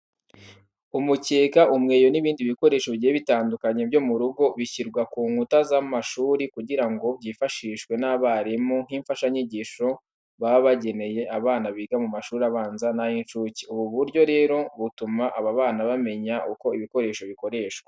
Umukeka, umweyo n'ibindi bikoresho bigiye bitandukanye byo mu rugo, bishyirwa ku nkuta z'amashuri kugira ngo byifashishwe n'abarimu nk'imfashanyigisho baba bageneye abana biga mu mashuri abanza n'ay'incuke. Ubu buryo rero butuma aba bana bamenya uko ibi bikoresho bikoreshwa.